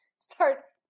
starts